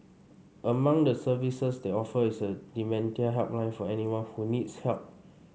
among the services they offer is a dementia helpline for anyone who needs help